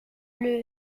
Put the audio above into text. est